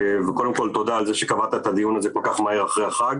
קודם כול תודה על זה שקבעת את הדיון הזה כל כך מהר אחרי החג.